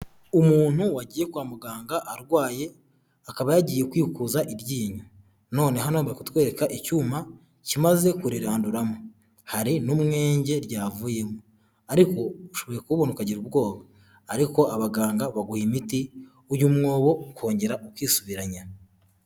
Umuntu wagiye kwa muganga arwaye, akaba yagiye kwikuza iryinyo, none hano bari kutwereka icyuma kimaze kuriranduramo, hari n'umwenge ryavuyemo, ariko ushoboye kuwubona ukagira ubwoba, ariko abaganga baguha imiti uyu mwobo ukongera ukisubiranya.